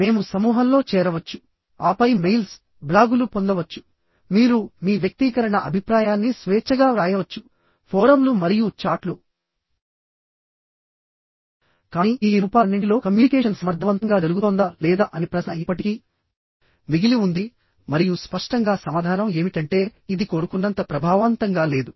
మేము సమూహంలో చేరవచ్చు ఆపై మెయిల్స్ బ్లాగులు పొందవచ్చు మీరు మీ వ్యక్తీకరణ అభిప్రాయాన్ని స్వేచ్ఛగా వ్రాయవచ్చు ఫోరమ్లు మరియు చాట్లు కానీ ఈ రూపాలన్నింటిలో కమ్యూనికేషన్ సమర్థవంతంగా జరుగుతోందా లేదా అనే ప్రశ్న ఇప్పటికీ మిగిలి ఉంది మరియు స్పష్టంగా సమాధానం ఏమిటంటే ఇది కోరుకున్నంత ప్రభావవంతంగా లేదు